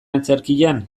antzerkian